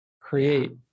create